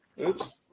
Oops